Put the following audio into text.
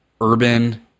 urban